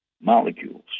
molecules